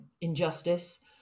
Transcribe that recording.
injustice